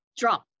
drop